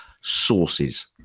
sources